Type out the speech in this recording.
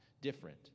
different